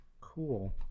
Cool